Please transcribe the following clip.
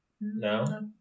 No